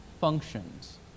functions